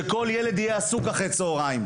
שכל ילד יהיה עסוק אחר הצוהריים: